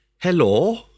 Hello